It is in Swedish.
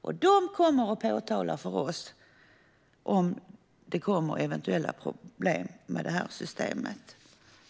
Och de kommer att påtala eventuella problem med systemet för oss.